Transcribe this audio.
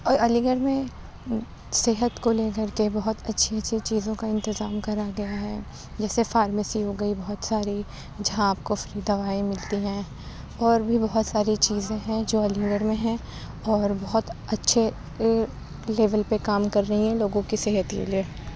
اور علی گڑھ میں صحت کو لے کر کے بہت اچھی اچھی چیزوں کا انتظام کرا گیا ہے جیسے فارمیسی ہو گئی بہت ساری جہاں آپ کو فری دوائیں ملتی ہیں اور بھی بہت ساری چیزیں ہیں جو علی گڑھ میں ہیں اور بہت اچھے لیول پہ کام کر رہی ہیں لوگوں کی صحت کے لیے